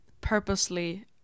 purposely